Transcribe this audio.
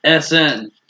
SN